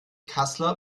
kassler